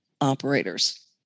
operators